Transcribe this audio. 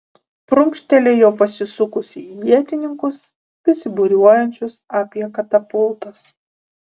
prunkštelėjo pasisukusi į ietininkus besibūriuojančius apie katapultas